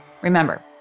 Remember